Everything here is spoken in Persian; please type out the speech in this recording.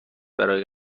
برای